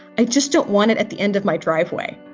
i just don't want it at the end of my driveway